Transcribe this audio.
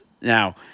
now